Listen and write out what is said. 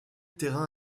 terrain